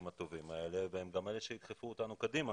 הטובים האלה והם גם אלה שידחפו אותנו קדימה